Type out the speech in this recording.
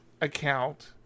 account